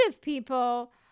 people